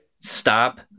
Stop